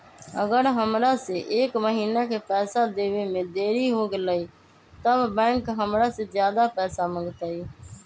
अगर हमरा से एक महीना के पैसा देवे में देरी होगलइ तब बैंक हमरा से ज्यादा पैसा मंगतइ?